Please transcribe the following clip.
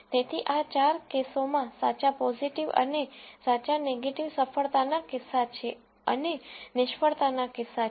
તેથી આ ચાર કેસોમાં સાચા પોઝીટિવ અને સાચા નેગેટીવ સફળતાના કિસ્સા છે અને આ નિષ્ફળતાના કિસ્સા છે